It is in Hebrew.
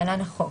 התש"ף-2020 (להלן החוק),